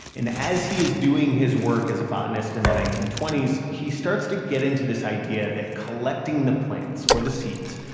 as he is doing his work as a botanist in the nineteen twenty s, he starts to get into this idea that collecting the plants or the seeds,